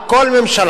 כל ממשלה,